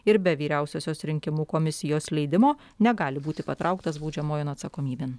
ir be vyriausiosios rinkimų komisijos leidimo negali būti patrauktas baudžiamojon atsakomybėn